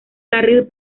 carril